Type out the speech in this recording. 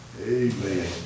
Amen